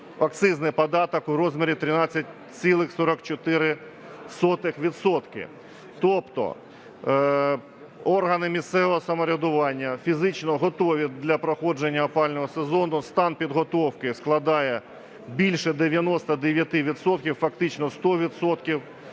акцизний податок у розмірі 13,44 відсотка. Тобто органи місцевого самоврядування фізично готові для проходження опалювального сезону. Стан підготовки складає більше 99 відсотків, фактично 100